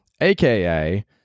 AKA